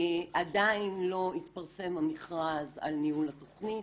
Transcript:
עדיין לא התפרסם המכרז על ניהול התכנית.